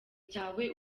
cyawe